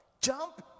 Jump